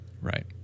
Right